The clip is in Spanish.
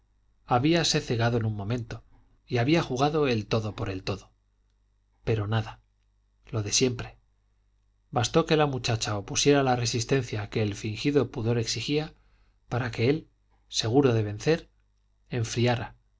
habíase cegado en un momento y había jugado el todo por el todo pero nada lo de siempre bastó que la muchacha opusiera la resistencia que el fingido pudor exigía para que él seguro de vencer enfriara